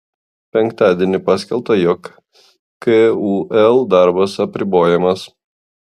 penktadienį paskelbta jog kul darbas apribojamas